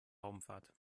raumfahrt